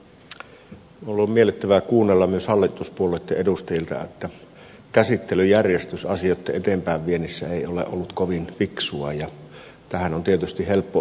on ollut miellyttävää kuunnella myös hallituspuolueitten edustajilta että käsittelyjärjestys asioitten eteenpäinviennissä ei ole ollut kovin fiksua ja tähän näkemykseen on tietysti helppo yhtyä